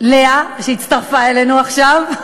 ולאה שהצטרפה אלינו עכשיו,